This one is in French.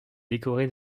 décoré